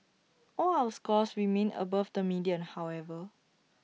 all our scores remain above the median however